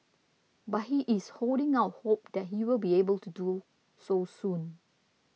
but he is holding out hope that he will be able to do so soon